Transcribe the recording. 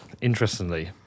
interestingly